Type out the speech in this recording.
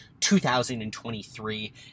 2023